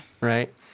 Right